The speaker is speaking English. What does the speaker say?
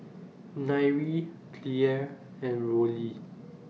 Nyree Clair and Rollie